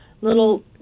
little